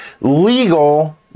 legal